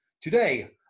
Today